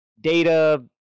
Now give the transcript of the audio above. data